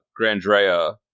grandrea